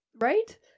Right